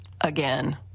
again